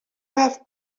have